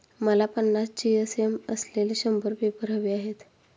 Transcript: मला पन्नास जी.एस.एम असलेले शंभर पेपर हवे आहेत